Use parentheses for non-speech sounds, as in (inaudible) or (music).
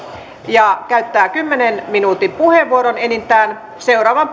kahiluoto hän käyttää enintään kymmenen minuutin puheenvuoron seuraavan (unintelligible)